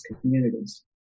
communities